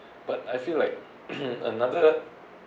but I feel like another